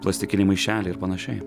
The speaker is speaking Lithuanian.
plastikiniai maišeliai ir panašiai